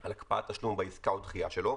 על הקפאת תשלום בעסקה או דחיה שלו,